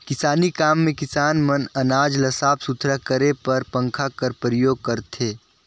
किसानी काम मे किसान मन अनाज ल साफ सुथरा करे बर पंखा कर परियोग करथे